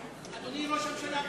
אתה יודע כמה ניירות כרומו יצאו?